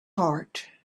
heart